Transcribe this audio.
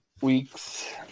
weeks